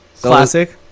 Classic